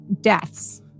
deaths